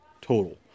total